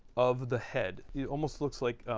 of the head. it almost looks like.